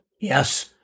Yes